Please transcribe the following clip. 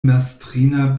mastrina